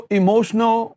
emotional